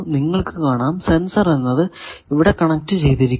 നിങ്ങൾക്കു കാണാം സെൻസർ എന്നത് ഇവിടെ കണക്ട് ചെയ്തിരിക്കുന്നു